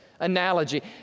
Analogy